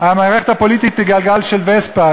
המערכת הפוליטית היא גלגל של וספה,